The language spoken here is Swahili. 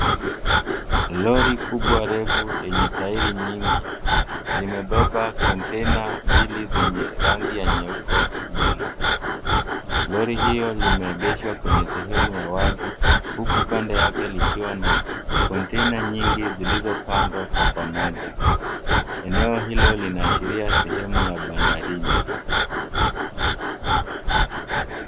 Lori kubwa refu lenye tairi nyingi, limebeba kontena mbili zenye rangi ya nyeupe nyuma. Lori hiyo limegeshwa kwenye sehemu ya wazi, huku kando yake likiwa na kontena nyingi zilizopangwa kwa pamoja. Eneo hilo linaashiri ya sehemu ya bandarini.